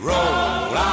Roll